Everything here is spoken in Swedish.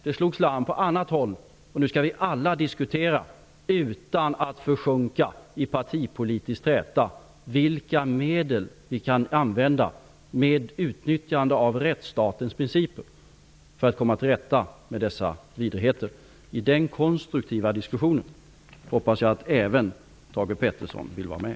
Det slogs larm på annat håll. Nu skall vi alla utan att försjunka i partipolitisk träta diskutera vilka medel vi, med utnyttjande av rättsstatens principer, kan använda för att komma till rätta med dessa vidrigheter. I den konstruktiva diskussionen hoppas jag att även Thage G Peterson vill vara med.